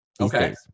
Okay